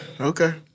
okay